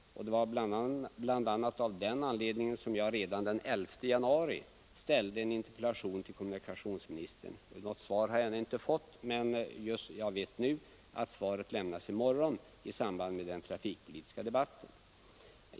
Det var bl.a. av den anledningen som jag redan den 11 januari framställde en interpellation till kommunikationsministern. Något svar har jag ännu inte fått. Jag vet emellertid nu att svar kommer att lämnas i samband med den trafikpolitiska debatten i morgon.